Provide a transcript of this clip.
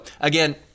again